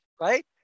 right